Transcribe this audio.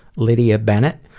lydia bennett.